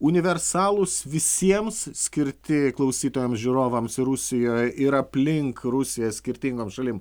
universalūs visiems skirti klausytojam žiūrovams ir rusijoj ir aplink rusiją skirtingom šalim